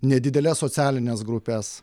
nedideles socialines grupes